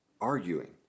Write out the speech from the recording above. arguing